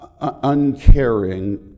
uncaring